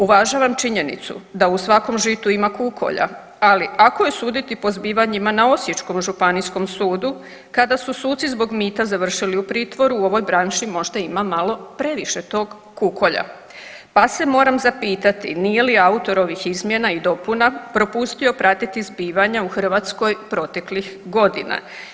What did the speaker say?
Uvažavam činjenicu da u svakom žitu ima kukolja, ali ako je suditi po zbivanjima na Osječkom županijskom sudu kada su suci zbog mita završili u pritvoru u ovoj branši možda ima malo previše tog kukolja pa se moram zapitati nije li autor ovih izmjena i dopuna propustio pratiti zbivanja u Hrvatskoj proteklih godina.